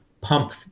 pump